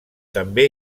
també